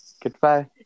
goodbye